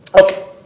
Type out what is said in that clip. Okay